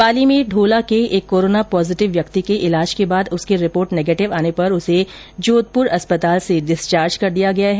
पाली में ढोला के एक कोरोना पॉजिटिव व्यक्ति के ईलाज के बाद उसकी रिपोर्ट नेगेटिव आने पर उसे जोधपुर अस्पताल से डिस्चार्ज कर दिया गया है